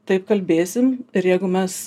taip kalbėsim ir jeigu mes